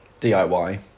DIY